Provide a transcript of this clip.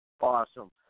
Awesome